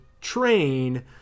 train